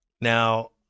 Now